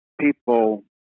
people